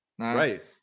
Right